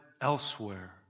elsewhere